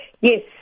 Yes